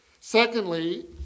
secondly